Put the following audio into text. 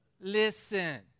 listen